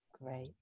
Great